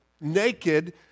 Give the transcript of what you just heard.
naked